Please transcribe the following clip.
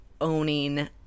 owning